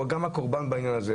הוא גם הקורבן בעניין הזה.